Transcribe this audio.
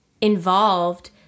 involved